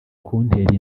kuntera